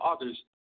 others